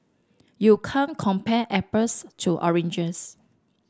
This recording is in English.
you can't compare apples to oranges